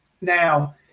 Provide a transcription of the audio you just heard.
Now